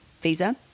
visa